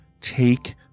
Take